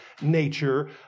nature